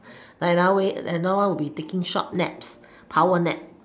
like another way another one will be taking short naps power nap